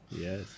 yes